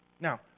Now